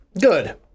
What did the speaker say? Good